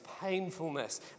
painfulness